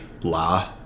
blah